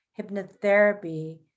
hypnotherapy